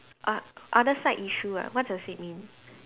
o~ other side issue ah what does it mean